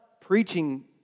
preaching